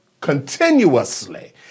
continuously